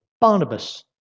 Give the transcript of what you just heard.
Barnabas